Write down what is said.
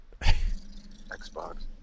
Xbox